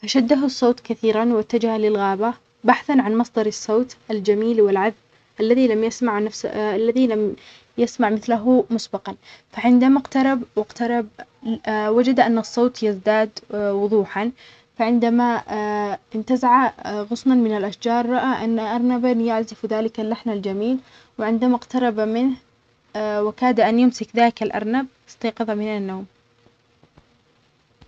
فشده الصوت كثيرًا، واتجه للغابة بحثًا عن مصدر الصوت الجميل والعذب الذي لم يسمع نفسه الذي لم يسمع مثله مسبقًا، فعندما اقترب واقترب وجد أن الصوت يزداد وظوحًا فعندما (اا) انتزع غصنًا من الأشجار رأى أن أرنبًا يعزف هذا اللحن الجميل، وعندما اقترب منه (اا) وكاد أن يمسك ذلك الأرنب استيقظ من النوم.